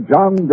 John